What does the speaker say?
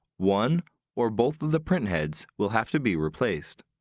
one or both of the printheads will have to be replaced.